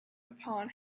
upon